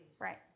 Right